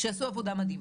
שעשו עבודה מדהימה.